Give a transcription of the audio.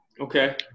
Okay